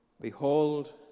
Behold